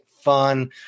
fun